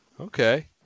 Okay